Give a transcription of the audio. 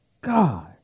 God